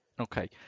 Okay